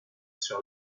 sur